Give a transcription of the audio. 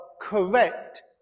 correct